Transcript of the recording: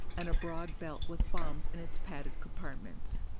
and a broad belt with bombs in its padded compartments.